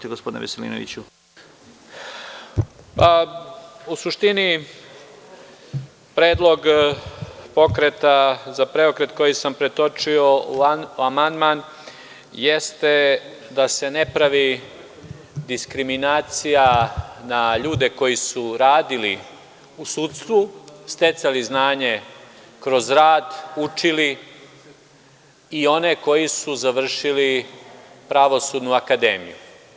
U suštini predlog Pokreta za PREOKRET koji sam pretočio u amandman jeste da se ne pravi diskriminacija na ljude koji su radili u sudstvu, sticali znanje kroz rad, učili i one koji su završili pravosudnu akademiju.